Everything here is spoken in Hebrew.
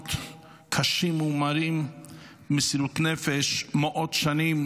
בניסיונות קשים ומרים במסירות נפש מאות שנים,